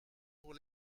pour